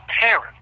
parent